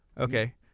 Okay